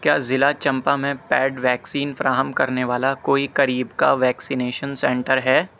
کیا ضلع چمپہ میں پیڈ ویکسین فراہم کرنے والا کوئی قریب کا ویکسینیشن سنٹر ہے